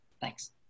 Thanks